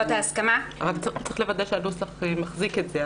רק צריך לוודא שהנוסח מחזיק את זה.